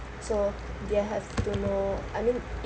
so they have to know I mean